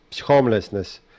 homelessness